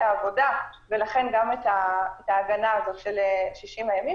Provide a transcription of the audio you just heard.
העבודה ולכן גם את ההגנה של 60 הימים,